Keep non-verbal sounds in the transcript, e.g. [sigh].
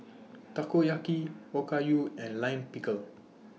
[noise] Takoyaki Okayu and Lime Pickle